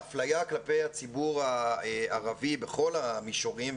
האפליה כלפי הציבור הערבי בכל המישורים,